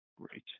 great